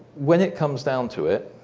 when it comes down to it,